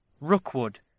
Rookwood